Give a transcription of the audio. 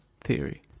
Theory